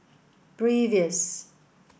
previous